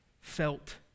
felt